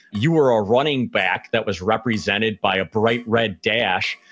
you were a running back that was represented by a bright red dash.